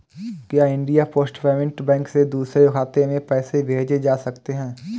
क्या India post payment bank से दूसरे खाते में पैसे भेजे जा सकते हैं?